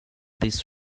this